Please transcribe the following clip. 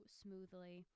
smoothly